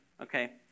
Okay